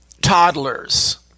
toddlers